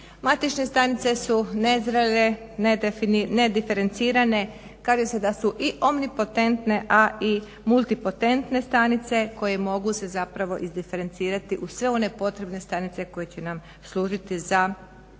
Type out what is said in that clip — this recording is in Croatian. Matične stanice su nezrele, nediferencirane kaže se da su i omni potentne a i multi potentne stanice koje mogu se zapravo izdiferencirati u sve one potrebne stanice koje će nam služiti za ovaj,